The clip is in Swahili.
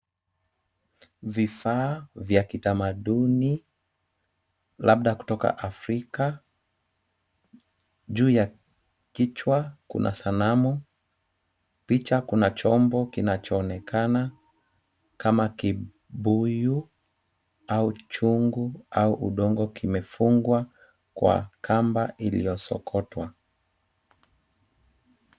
Vifaa vya kitamaduni labda kutoka Afrika. Juu ya kichwa kuna sanamu. Picha kuna chombo kinachoonekana kama kibuyu au chungu au udongo kimefungwa kwa kamba iliyosokotwa.